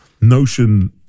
notion